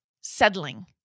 settling